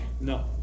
No